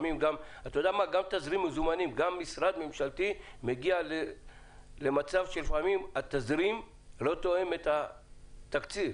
גם משרד ממשלתי מגיע למצב שלפעמים התזרים לא תואם את התקציב